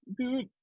Dude